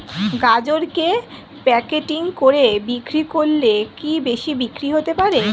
গাজরকে প্যাকেটিং করে বিক্রি করলে কি বেশি বিক্রি হতে পারে?